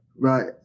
Right